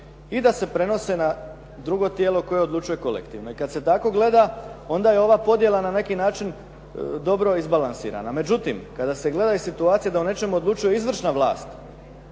i da se prenose na drugo tijelo koje odlučuje kolektivno. I kad se tako gleda onda je ova podjela na neki način dobro izbalansirana. Međutim, kada se gleda i situacija da o nečemu odlučuje izvršna vlast